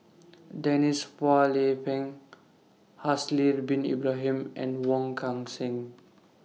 Denise Phua Lay Peng Haslir Bin Ibrahim and Wong Kan Seng